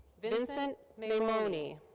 vincent maimone. eddie